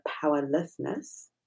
powerlessness